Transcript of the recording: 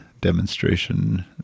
demonstration